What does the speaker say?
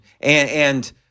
and-